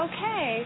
Okay